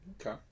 Okay